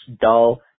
dull